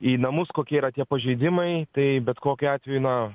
į namus kokie yra tie pažeidimai tai bet kokiu atveju na